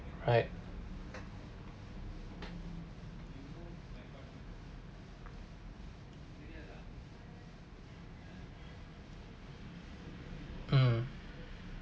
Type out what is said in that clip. right um